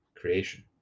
creation